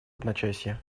одночасье